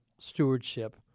stewardship